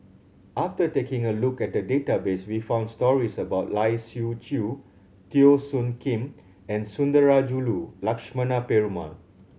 after taking a look at the database we found stories about Lai Siu Chiu Teo Soon Kim and Sundarajulu Lakshmana Perumal